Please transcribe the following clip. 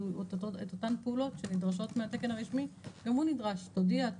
אז את אותן פעולות שנדרשות מהתקן הרשמי גם הוא נדרש תודיע,